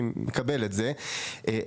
אני מקבל את זה,